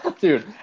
Dude